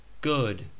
good